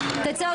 11:00.